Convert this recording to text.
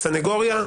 הסניגוריה,